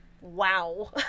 wow